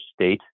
state